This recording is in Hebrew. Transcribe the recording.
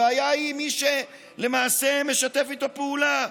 הבעיה היא מי שלמעשה משתף איתו פעולה,